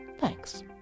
Thanks